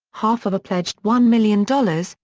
half of a pledged one million dollars,